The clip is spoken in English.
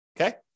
Okay